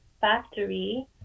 factory